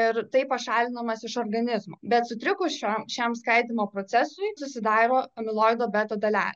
ir taip pašalinamas iš organizmo bet sutrikus šiom šiam skaidymo procesui susidaro amiloido beta dalelės